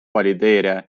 valideerija